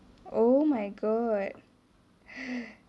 oh my god